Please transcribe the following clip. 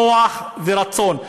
כוח ורצון.